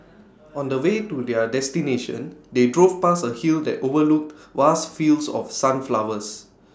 on the way to their destination they drove past A hill that overlooked vast fields of sunflowers